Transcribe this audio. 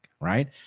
right